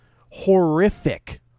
horrific